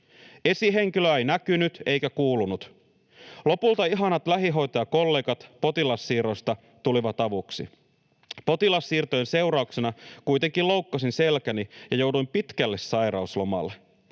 Esihenkilöä ei näkynyt eikä kuulunut. Lopulta ihanat lähihoitajakollegat potilassiirroista tulivat avuksi. Potilassiirtojen seurauksena kuitenkin loukkasin selkäni ja jouduin pitkälle sairauslomalle.